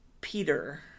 Peter